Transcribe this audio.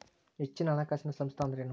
ಹೆಚ್ಚಿನ ಹಣಕಾಸಿನ ಸಂಸ್ಥಾ ಅಂದ್ರೇನು?